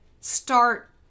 start